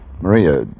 Maria